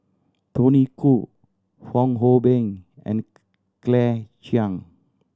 Tony Khoo Fong Hoe Beng and Claire Chiang